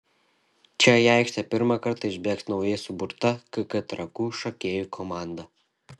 čia į aikštę pirmą kartą išbėgs naujai suburta kk trakų šokėjų komanda